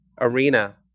arena